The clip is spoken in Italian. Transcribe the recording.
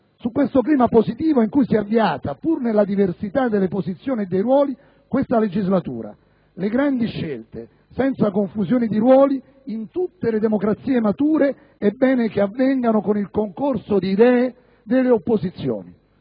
sul clima positivo in cui si è avviata, pur nella diversità delle posizioni e dei ruoli, questa legislatura. Le grandi scelte, senza confusioni di ruoli, in tutte le democrazie mature, è bene che avvengano con il concorso di idee delle opposizioni